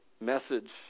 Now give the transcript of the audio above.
message